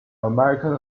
american